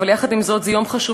אבל יחד עם זאת זה יום חשוב,